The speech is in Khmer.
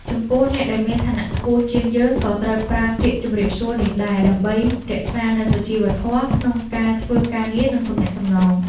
ចំពោះអ្នកដែលមានឋានៈខ្ពស់ជាងយើងក៏ត្រូវប្រើពាក្យជម្រាបសួរនេះដែរដើម្បីរក្សានូវសុជីវធម៌ក្នុងការធ្វើការងារនិងទំនាក់ទំនង។